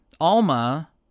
Alma